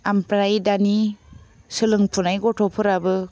ओमफ्राय दानि सोलोंफुनाय गथ'फोराबो